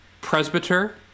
Presbyter